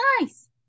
Nice